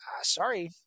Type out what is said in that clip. sorry